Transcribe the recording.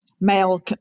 male